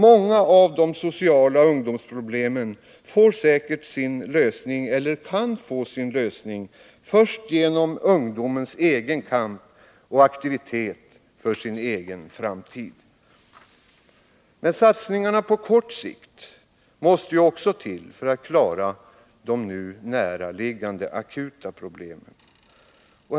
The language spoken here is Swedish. Många av de sociala ungdomsproblemen kan få sin lösning först genom ungdomens egen kamp och aktivitet för sin egen framtid. Men satsningar på kort sikt måste ju också till för att klara de näraliggande akuta problemen.